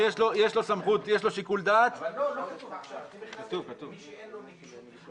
בחוק כתוב מי שאין לו נגישות.